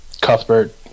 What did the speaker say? Cuthbert